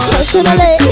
Personally